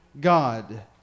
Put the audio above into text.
God